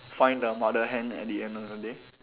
find the mother hen at the end of the day